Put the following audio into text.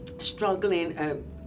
struggling